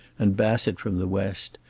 and bassett from the west,